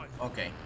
Okay